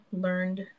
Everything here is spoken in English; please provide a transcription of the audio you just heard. learned